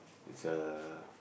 it's a